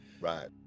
right